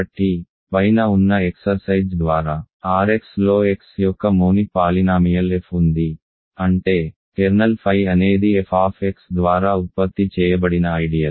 కాబట్టి పైన ఉన్న ఎక్సర్సైజ్ ద్వారా Rx లో x యొక్క మోనిక్ పాలినామియల్ f ఉంది అంటే కెర్నల్ phi అనేది f ద్వారా ఉత్పత్తి చేయబడిన ఐడియల్